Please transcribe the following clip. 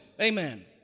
Amen